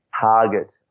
target